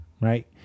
right